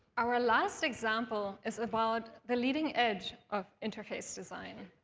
our ah last example is about the leading edge of interface design.